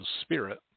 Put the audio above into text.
spirit